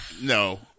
No